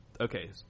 Okay